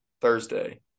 Thursday